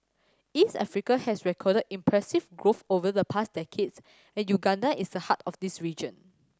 East Africa has recorded impressive growth over the past decade and Uganda is at the heart of this region